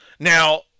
Now